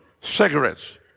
cigarettes